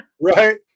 right